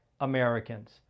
Americans